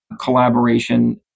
collaboration